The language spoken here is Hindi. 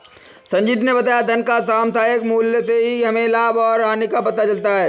संजीत ने बताया धन का समसामयिक मूल्य से ही हमें लाभ और हानि का पता चलता है